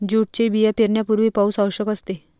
जूटचे बिया पेरण्यापूर्वी पाऊस आवश्यक असते